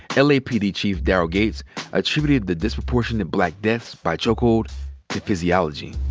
lapd chief daryl gates attributed the disproportionate black deaths by chokehold to physiology.